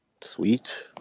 Sweet